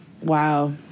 wow